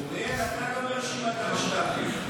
אוריאל, אתה לא ברשימת המשת"פים.